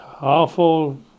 awful